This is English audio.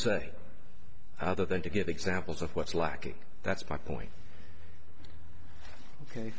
say other than to give examples of what's lacking that's my point ok